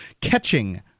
catching